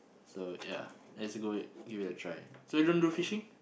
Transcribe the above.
so ya let's go give it a try so you don't do fishing